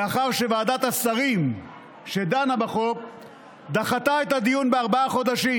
לאחר שוועדת השרים שדנה בחוק דחתה את הדיון בארבעה חודשים.